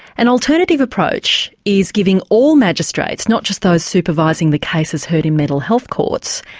an alternative approach is giving all magistrates, not just those supervising the cases heard in mental health courts,